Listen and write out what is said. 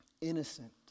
innocent